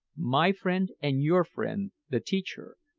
my friend and your friend, the teacher,